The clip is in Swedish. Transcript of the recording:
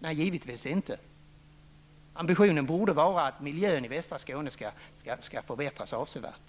Nej, givetvis inte. Ambitionen borde vara att miljön i västra Skåne skall förbättras avsevärt.